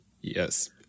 Yes